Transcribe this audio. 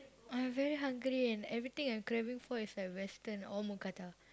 I very hungry and everything I craving for is at western or mookata